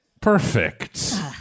Perfect